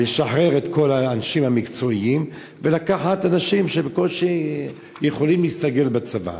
לשחרר את כל האנשים המקצועיים ולקחת אנשים שבקושי יכולים להסתגל לצבא.